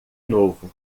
novo